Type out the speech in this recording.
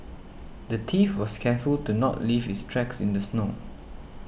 the thief was careful to not leave his tracks in the snow